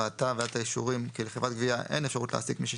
ראתה ועדת האישורים כי לחברת גבייה אין אפשרות להעסיק מי